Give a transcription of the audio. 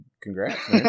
Congrats